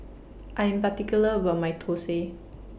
I Am particular about My Thosai